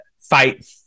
fight